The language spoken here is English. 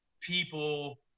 people